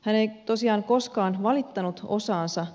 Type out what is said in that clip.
hän ei tosiaan koskaan valittanut osaansa